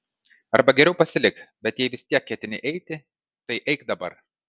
arba geriau pasilik bet jei vis tiek ketini eiti tai eik dabar